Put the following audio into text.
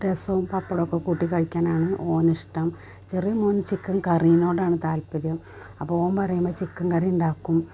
രസവും പപ്പടമൊക്കെക്കൂട്ടിക്കഴിക്കാനാണ് ഓനിഷ്ടം ചെറിയ മോന് ചിക്കൻ കറീനോടാണ് താത്പര്യം അപ്പോൾ ഓൻ പറയുമ്പോൾ